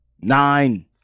Nine